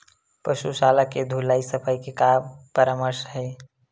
पशु शाला के धुलाई सफाई के का परामर्श हे?